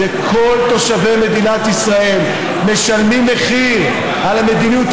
זה כל תושבי מדינת ישראל שמשלמים מחיר על המדיניות